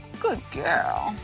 good girl.